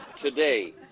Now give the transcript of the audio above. today